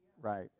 right